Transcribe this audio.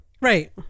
Right